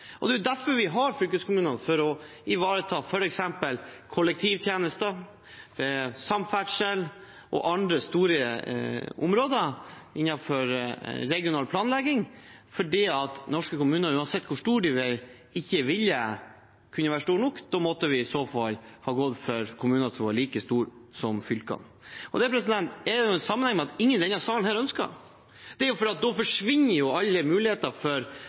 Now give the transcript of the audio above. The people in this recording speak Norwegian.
Det er derfor vi har fylkeskommunene – for å ivareta f.eks. kollektivtjenester, samferdsel og andre store områder innenfor regional planlegging, fordi norske kommuner, uansett hvor store de blir, ikke vil kunne være store nok. Da måtte vi i så fall ha gått for kommuner som var like store som fylkene. Det har sammenheng med at ingen i denne salen ønsker det. Det er fordi alle muligheter for folkevalgt styring da forsvinner, for det vil bli for